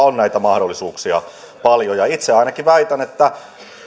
on näitä mahdollisuuksia paljon itse ainakin väitän että